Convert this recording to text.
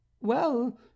Well